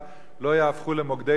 לא מחויב